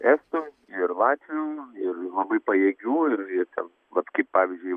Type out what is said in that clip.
estų ir latvių ir labai pajėgių ir ir ten vat kaip pavyzdžiui